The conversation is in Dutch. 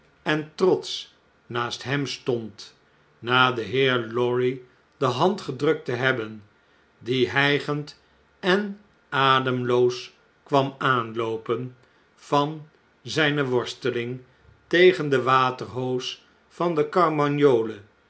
en trotsch naast hem stond na den heer lorry de hand gedrukt te hebben die hjjgend en ademloos kwam aanloopen van zjjne worsteling tegen de waterhoos van de